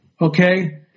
okay